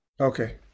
Okay